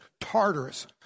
tartarus